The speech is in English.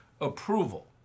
approval